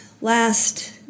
last